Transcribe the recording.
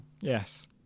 Yes